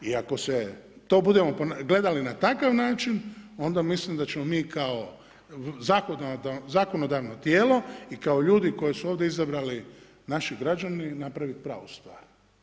I ako to budemo gledali na takav način, onda mislim da ćemo mi kao zakonodavno tijelo i kao ljudi koje su ovdje izabrali naši građani, napraviti pravu stvar.